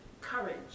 courage